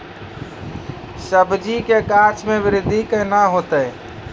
सब्जी के गाछ मे बृद्धि कैना होतै?